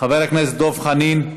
חבר הכנסת דב חנין,